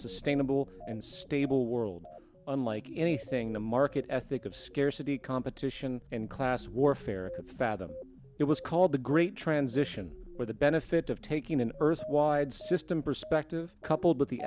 sustainable and stable world unlike anything the market ethic of scarcity competition and class warfare fathom it was called the great transition for the benefit of taking an earth wide system perspective coupled with the